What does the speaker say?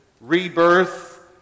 rebirth